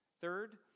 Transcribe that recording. Third